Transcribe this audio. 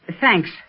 Thanks